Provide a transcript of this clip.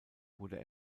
wurde